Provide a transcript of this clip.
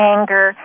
Anger